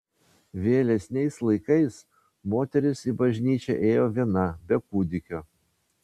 vėlesniais laikais moteris į bažnyčią ėjo viena be kūdikio